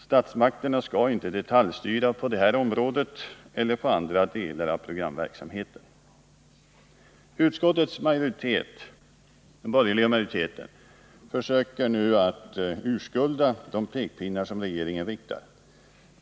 Statsmakterna skall inte detaljstyra på detta område eller när det gäller andra delar av programverksamheten. Utskottets borgerliga majoritet försöker nu att urskulda de pekpinnar som regeringen riktar.